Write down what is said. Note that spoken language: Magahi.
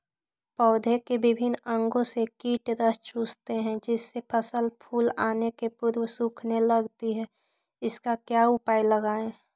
पौधे के विभिन्न अंगों से कीट रस चूसते हैं जिससे फसल फूल आने के पूर्व सूखने लगती है इसका क्या उपाय लगाएं?